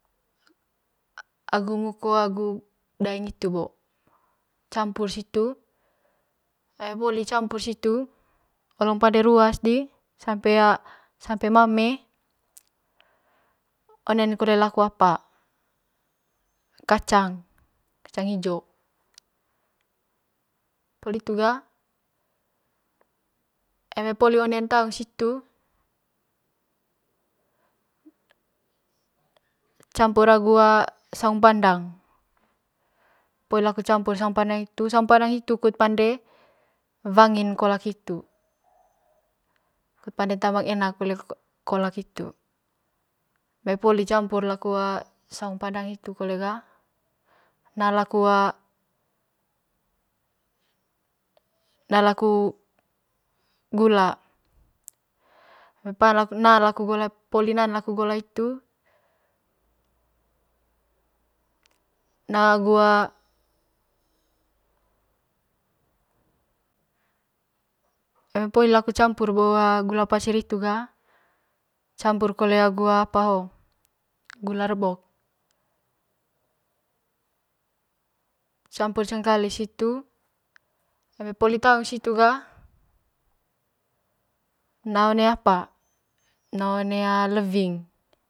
Agu muku aguu daeng hitu bo campur situ eme poli campur situ olong pande ruas di sampe sampe mame onen kole laku apa kacang kacanh hijo poli itu ga eme poli onen taung situ campur agu saung pandang poli laku campur suang pandang, saung pandang hitu kut pande wangin kolak hitu kut pande tambang enak kole kolah hitu eme poli camur saung pandang hitu kole ga na laku a na laku gula poli naan laku gola hitu naa agu a eme o eme poli campur laku gula pasir hitu ga campur kole agu apa ho gula rebok campur cenkali situ ga naa one lewing.